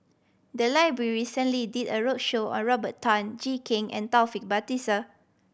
the library recently did a roadshow on Robert Tan Jee Keng and Taufik Batisah